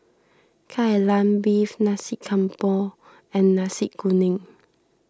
Kai Lan Beef Nasi Campur and Nasi Kuning